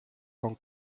con